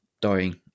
dying